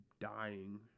dying